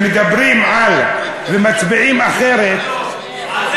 שמדברים על, ומצביעים אחרת, מה לא?